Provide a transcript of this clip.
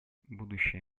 будущее